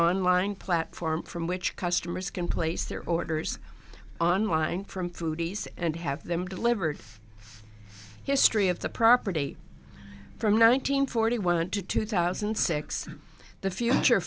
online platform from which customers can place their orders online from foodies and have them delivered history of the property from nine hundred forty one to two thousand and six the future